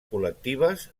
col·lectives